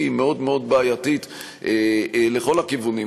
היא מאוד מאוד בעייתית לכל הכיוונים,